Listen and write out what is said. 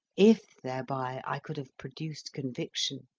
if thereby i could have produced conviction.